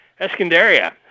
Escondaria